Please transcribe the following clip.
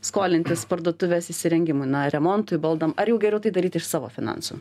skolintis parduotuvės įsirengimui remontui baldam ar jau geriau tai daryti iš savo finansų